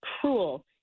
cruel